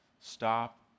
stop